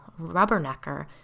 rubbernecker